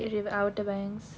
outer banks